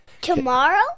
Tomorrow